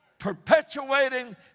perpetuating